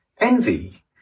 envy